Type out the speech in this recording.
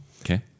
okay